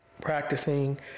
Practicing